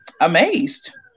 amazed